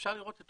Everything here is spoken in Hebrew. אפשר לראות את